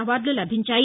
అవార్డులు లభించాయి